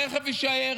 הרכב יישאר?